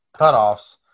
cutoffs